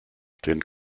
den